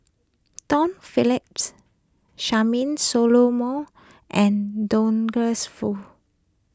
Tom Phillips Charmaine Solomon and Douglas Foo